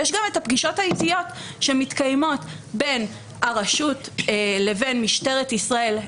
ויש גם הפגישות העיתיות שמתקיימות בין הרשות לבין משטרת ישראל,